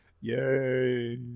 Yay